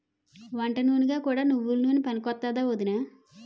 వంటనూనెగా కూడా నువ్వెల నూనె పనికొత్తాదా ఒదినా?